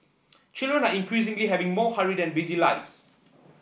children are increasingly having more hurried and busy lives